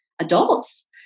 adults